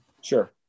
Sure